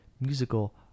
musical